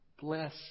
bless